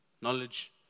knowledge